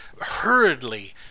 hurriedly